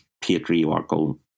patriarchal